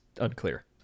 Unclear